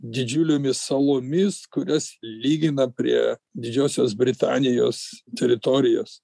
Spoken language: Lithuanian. didžiulėmis salomis kurias lygina prie didžiosios britanijos teritorijos